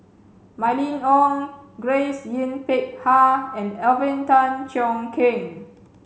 Mylene Ong Grace Yin Peck Ha and Alvin Tan Cheong Kheng